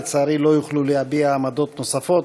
לצערי לא יוכלו להביע עמדות נוספות.